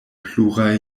pluraj